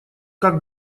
как